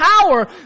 power